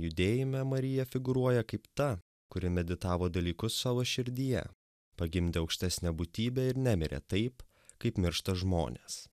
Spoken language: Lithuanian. judėjime marija figūruoja kaip ta kuri meditavo dalykus savo širdyje pagimdė aukštesnę būtybę ir nemirė taip kaip miršta žmonės